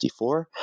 54